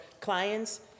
clients